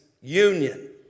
union